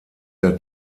der